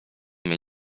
mnie